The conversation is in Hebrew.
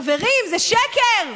חברים, זה שקר.